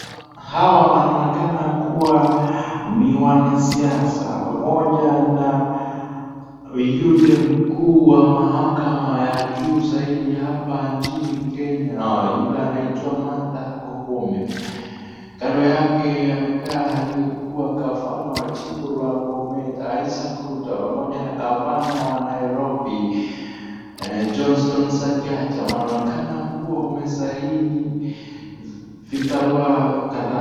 Hawa wanaonekana kuwa ni wanasiasa pamoja na yule mkuu wa mahakama ya juu zaidi hapa nchini Kenya, yule anaitwa Martha Koome. Kando yake amekaa aliyekuwa gavana wa jimbo la Bomet, Isaac Ruto pamoja na gavana wa Nairobi, Johnstone Sakaja. Wanaonekana kuwa wamesaini vibarua kadhaa.